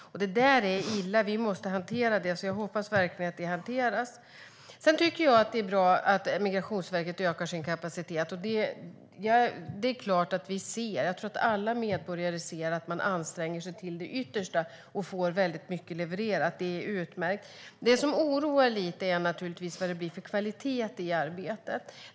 Det där är illa, så jag hoppas verkligen att det hanteras. Sedan tycker jag att det är bra att Migrationsverket ökar sin kapacitet. Jag tror att alla medborgare ser att man anstränger sig till det yttersta och får väldigt mycket levererat. Det är utmärkt. Det som oroar lite är naturligtvis vad det blir för kvalitet i arbetet.